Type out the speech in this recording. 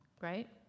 right